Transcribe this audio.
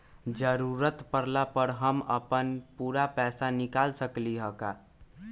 जरूरत परला पर हम अपन पूरा पैसा निकाल सकली ह का?